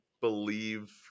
believe